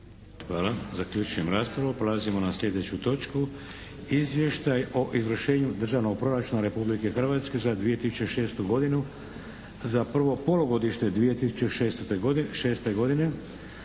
Hvala. Zaključujem raspravu. **Šeks, Vladimir (HDZ)** Izvještaj o izvršenju Državnog proračuna Republike Hrvatske za 2006. godinu za prvo polugodište 2006. Dajem